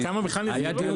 וכמה בכלל נסגרו?